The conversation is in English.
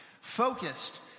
Focused